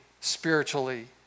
spiritually